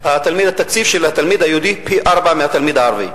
התקציב של התלמיד היהודי הוא בערך פי-ארבעה מתקציב התלמיד הערבי.